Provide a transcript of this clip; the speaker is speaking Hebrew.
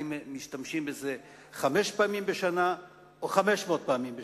האם משתמשים בזה חמש פעמים בשנה או 500 פעמים בשנה?